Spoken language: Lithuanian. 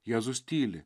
jėzus tyli